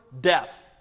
Death